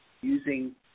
using